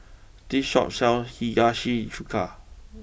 this Shop sells Hiyashi Chuka